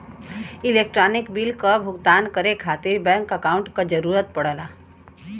electronic bill क भुगतान करे खातिर बैंक अकांउट क जरूरत पड़ला